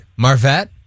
Marvette